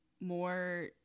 more